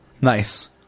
nice